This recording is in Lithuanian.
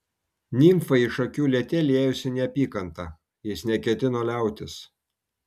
nimfai iš akių liete liejosi neapykanta jis neketino liautis